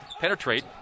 Penetrate